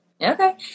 Okay